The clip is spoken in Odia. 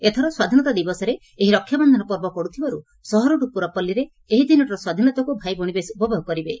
ଏଥର ସ୍ୱାଧୀନତା ଦିବସରେ ଏହି ରକ୍ଷାବନ୍ଧନ ପର୍ବ ପଡୁଥିବାରୁ ସହରଠୁ ପୁରପଲ୍ଲୀରେ ଏହି ଦିନଟିର ସ୍ୱାଧୀନତାକୁ ଭାଇଭଉଣୀ ବେଶ୍ ଉପଭୋଗ କରିବେ